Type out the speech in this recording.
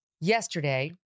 yesterday